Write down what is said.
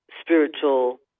spiritual